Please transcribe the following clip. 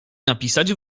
napisać